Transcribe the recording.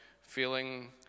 feeling